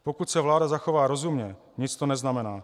Pokud se vláda zachová rozumně, nic to neznamená.